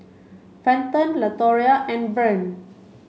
Fenton Latoria and Bryn